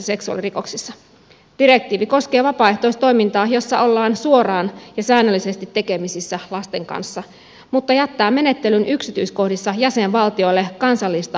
direktiivi koskee vapaaehtoistoimintaa jossa ollaan suoraan ja säännöllisesti tekemisissä lasten kanssa mutta jättää menettelyn yksityiskohdissa jäsenvaltioille kansallista harkintavaltaa